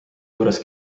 juures